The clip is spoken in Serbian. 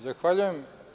Zahvaljujem.